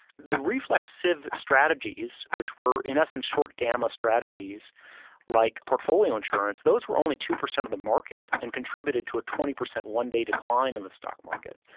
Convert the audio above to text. the reflexive strategies which were in essence short gamma strategies like portfolio insurance, those were only two percent of the market and contributed to a twenty percent one day decline in the stock market.